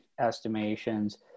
estimations